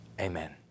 Amen